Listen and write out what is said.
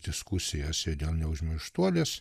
diskusijose dėl neužmirštuolės